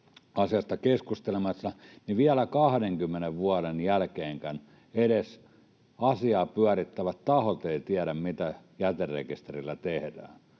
asiasta keskustelemassa, niin vielä 20 vuoden jälkeenkään edes asiaa pyörittävät tahot eivät tiedä, mitä jäterekisterillä tehdään.